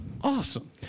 awesome